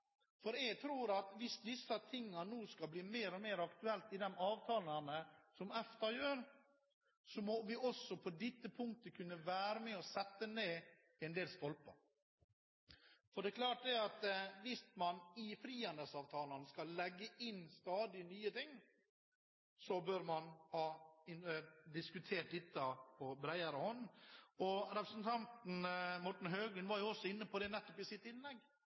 Jeg tror at hvis disse tingene nå skal bli mer og mer aktuelt i de avtalene som EFTA gjør, må vi også på dette punktet være med og sette ned en del stolper. For det er klart at hvis man i frihandelsavtalene skal legge inn stadig nye ting, bør man ha diskutert dette på bredere basis. Representanten Morten Høglund var også inne på dette i sitt innlegg.